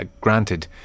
granted